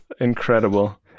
incredible